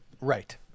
Right